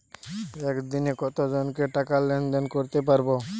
একদিন কত জনকে টাকা লেনদেন করতে পারবো?